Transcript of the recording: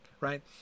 right